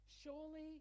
Surely